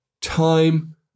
time